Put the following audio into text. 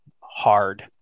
hard